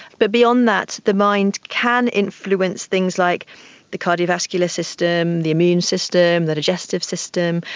but beyond that the mind can influence things like the cardiovascular system, the immune system, the digestive system.